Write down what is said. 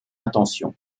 intention